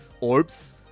orbs